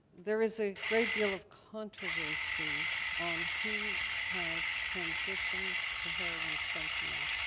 there is a great deal of controversy on who has transitioned to heroin fentanyl.